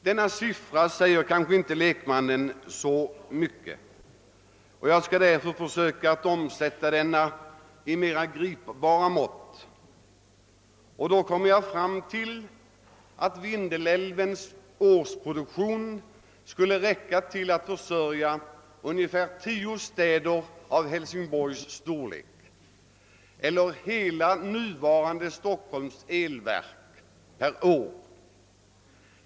Denna siffra säger kanske inte lekmannen så mycket, och jag skall därför försöka förvandla den till mera gripbara mått. Jag kommer då fram till att Vindelälvens årsproduktion skulle räcka till att försörja ungefär tio städer av Hälsingborgs storlek eller motsvara Stockholms elverks hela nuvarande årsproduktion.